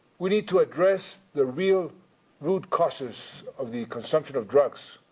we need to address the real root causes of the consumption of drugs.